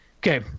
Okay